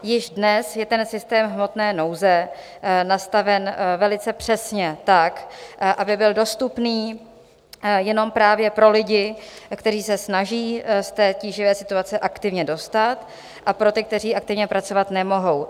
Již dnes je ten systém hmotné nouze nastaven velice přesně tak, aby byl dostupný jenom právě pro lidi, kteří se snaží z tíživé situace aktivně dostat, a pro ty, kteří aktivně pracovat nemohou.